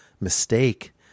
mistake